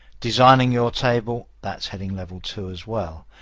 designing your table, that's heading level two as well.